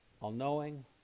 all-knowing